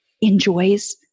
enjoys